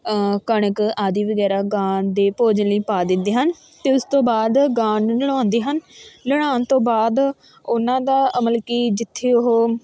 ਕਣਕ ਆਦਿ ਵਗੈਰਾ ਗਾਂ ਦੇ ਭੋਜਨ ਲਈ ਪਾ ਦਿੰਦੇ ਹਨ ਅਤੇ ਉਸ ਤੋਂ ਬਾਅਦ ਗਾਂ ਨੂੰ ਨਲਾਉਂਦੇ ਹਨ ਨਲਾਉਣ ਤੋਂ ਬਾਅਦ ਉਹਨਾਂ ਦਾ ਅ ਮਤਲਬ ਕਿ ਜਿੱਥੇ ਉਹ